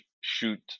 shoot